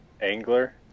angler